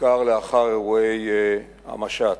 בעיקר לאחר אירועי המשט.